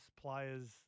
players